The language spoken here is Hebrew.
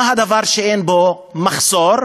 מה הדבר שאין בו מחסור?